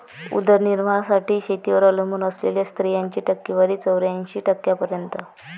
उदरनिर्वाहासाठी शेतीवर अवलंबून असलेल्या स्त्रियांची टक्केवारी चौऱ्याऐंशी टक्क्यांपर्यंत